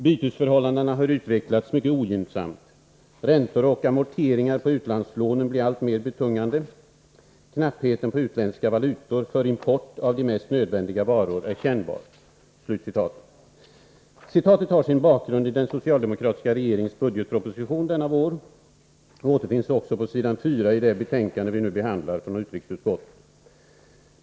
Bytesförhållandena har utvecklats mycket ogynn Nr 153 samt. Räntor och amorteringar på utlandslånen blir alltmer betungande. Knappheten på utländska valutor för import av de mest nödvändiga varor är Citatet är hämtat ur den socialdemokratiska regeringens budgetproposiänternationellé tion denna vår och återfinns också på s. 4i det betänkande från utrikesutskotutvecklingssamtet som vi nu behandlar. ärbete m.m.